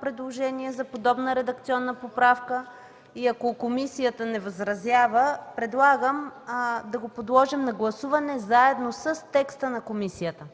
предложението ми за подобна редакционна поправка е приемливо. Ако комисията не възразява, предлагам да го подложим на гласуване, заедно с текста на комисията.